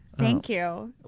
thank you.